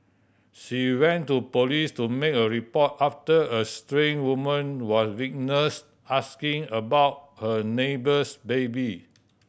she went to police to make a report after a strange woman was witnessed asking about her neighbour's baby